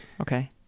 Okay